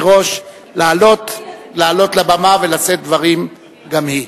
ואני מזמין את חברת הכנסת רונית תירוש לעלות לבמה ולשאת דברים גם היא.